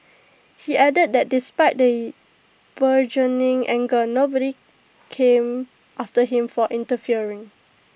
he added that despite the burgeoning anger nobody came after him for interfering